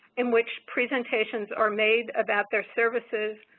in which presentations are made about their services,